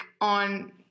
on